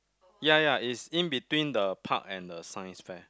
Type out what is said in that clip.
ya ya is in between the park and the Science fair